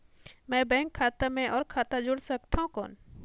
मैं बैंक खाता मे और खाता जोड़ सकथव कौन?